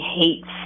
hates